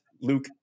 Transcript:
Luke